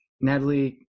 Natalie